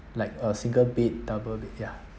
like a single bed double bed ya